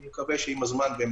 אני מקווה שעם הזמן זה ישתפר,